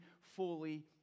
fully